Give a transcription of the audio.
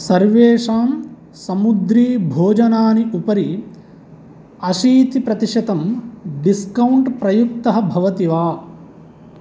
सर्वेषां समुद्रीभोजनानि उपरि अशीतिप्रतिशतं डिस्कौण्ट् प्रयुक्तः भवति वा